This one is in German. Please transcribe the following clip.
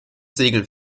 segeln